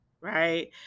right